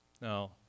Now